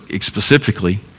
specifically